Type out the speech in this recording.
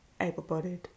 able-bodied